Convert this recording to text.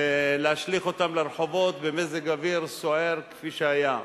להשליך אותם לרחובות במזג אוויר סוער כפי שהיה,